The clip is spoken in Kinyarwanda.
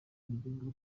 yajyaga